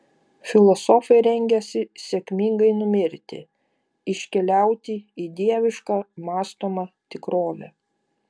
filosofai rengiasi sėkmingai numirti iškeliauti į dievišką mąstomą tikrovę